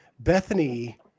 Bethany